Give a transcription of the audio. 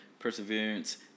Perseverance